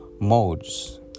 Modes